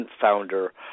founder